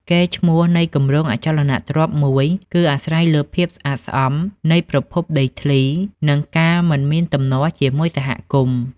កេរ្តិ៍ឈ្មោះនៃគម្រោងអចលនទ្រព្យមួយ គឺអាស្រ័យលើភាពស្អាតស្អំនៃប្រភពដីធ្លី និងការមិនមានទំនាស់ជាមួយសហគមន៍។